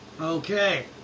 Okay